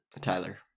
Tyler